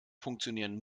funktionieren